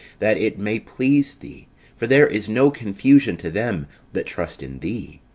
that it may please thee for there is no confusion to them that trust in thee.